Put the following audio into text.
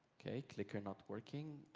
okay. clicker not working.